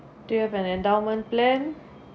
do you have an endowment plan